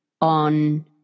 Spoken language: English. on